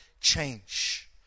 change